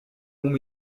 longs